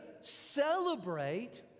celebrate